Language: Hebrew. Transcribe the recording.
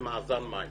במאזן מים,